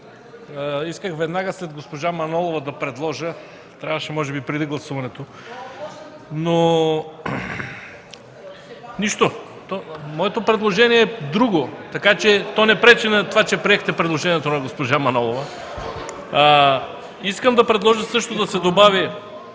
Искам да предложа да се добави